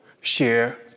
share